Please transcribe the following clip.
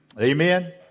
Amen